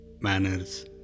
manners